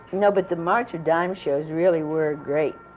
no, but the march of dimes shows really were great,